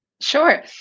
Sure